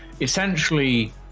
essentially